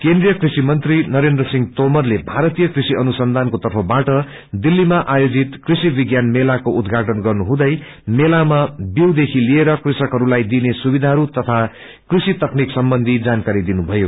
केन्द्रिय कृषि मंत्री नरेन्द्र सिहं तोमरले भारतीय कृषि अनुसंधानको तर्फबाट दिल्लीमा आयोजित कृषि विज्ञान मेलाको उद्घाटन गर्नुहुँदै मेलामा विऊ देखि लिएर कृषकहरूलाई दिइने सुविधाहरू ताकि कृषि तकनीक सम्बन्धी जानकारी दिनुभयो